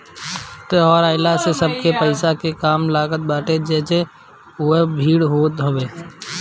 त्यौहार आइला से सबके पईसा के काम लागत बाटे जेसे उहा बहुते भीड़ होत हवे